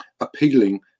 appealing